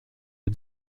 aux